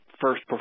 first